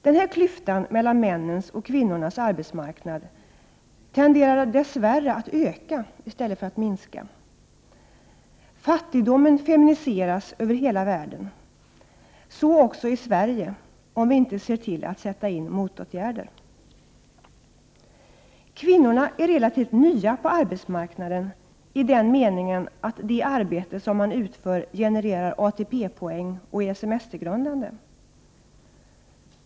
Den här klyftan mellan männens och kvinnornas arbetsmarknad tenderar dess värre att öka i stället för att minska. Fattigdomen feminiseras över hela världen, så också i Sverige om vi inte ser till att sätta in motåtgärder. Kvinnorna är relativt nya på arbetsmarknaden i den meningen att det arbete som man utför genererar ATP-poäng och är semestergrundande.